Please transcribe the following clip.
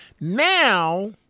Now